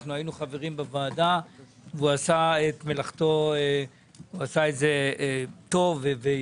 אנחנו היינו חברים בוועדה והוא עשה את מלאכתו טוב ויפה,